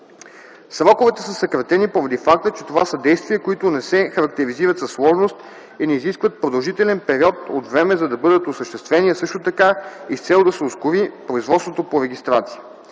Сроковете са съкратени поради факта, че това са действия, които не се характеризират със сложност и не изискват продължителен период от време, за да бъдат осъществени, а също така и с цел да се ускори производството по регистрация.